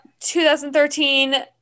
2013